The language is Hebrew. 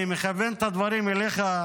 אני מכוון את הדברים אליך,